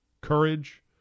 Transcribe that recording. Courage